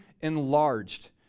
enlarged